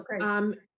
Okay